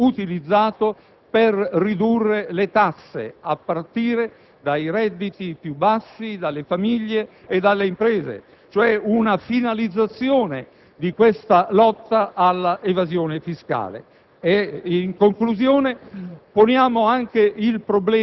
devono essere utilizzati per ridurre le tasse, a partire dai redditi più bassi, delle famiglie e delle imprese. Si tratta, quindi, di finalizzare la lotta all'evasione fiscale. In conclusione,